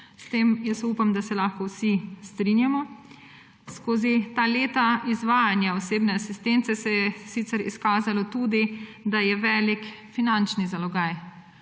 Jaz upam, da se s tem lahko vsi strinjamo. Skozi ta leta izvajanja osebne asistence se je sicer izkazalo tudi, da je velik finančni zalogaj.